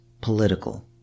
political